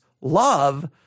love